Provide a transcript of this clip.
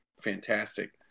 fantastic